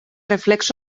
reflexos